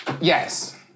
Yes